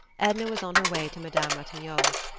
edna was on her way to madame ratignolle's.